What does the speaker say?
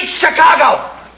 Chicago